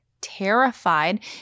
terrified